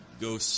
go